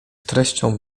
treścią